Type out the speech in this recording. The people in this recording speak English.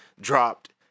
dropped